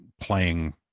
playing